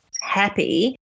happy